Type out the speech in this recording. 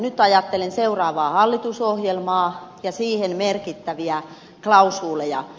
nyt ajattelen seuraavaa hallitusohjelmaa ja siihen merkittäviä klausuuleja